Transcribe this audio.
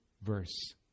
Verse